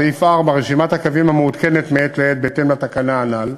סעיף 4: רשימת הקווים המעודכנת מעת לעת בהתאם לתקנה הנ"ל.